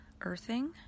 earthing